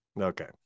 Okay